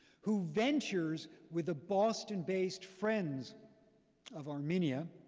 who ventures with a boston based friends of armenia,